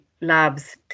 Labs